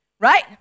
Right